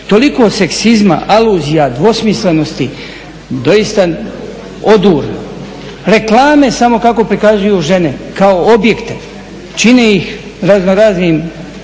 Toliko seksizma, aluzija, dvosmislenosti doista odurno. Reklame kako samo prikazuju žene kao objekte, čine ih raznoraznim